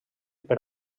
per